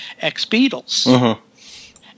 ex-Beatles